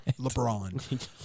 LeBron